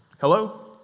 Hello